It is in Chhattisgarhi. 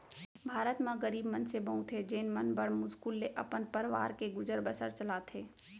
भारत म गरीब मनसे बहुत हें जेन मन बड़ मुस्कुल ले अपन परवार के गुजर बसर चलाथें